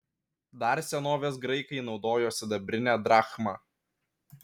dar senovės graikai naudojo sidabrinę drachmą